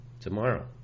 tomorrow